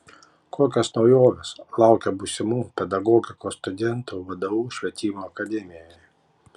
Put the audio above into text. kokios naujovės laukia būsimų pedagogikos studentų vdu švietimo akademijoje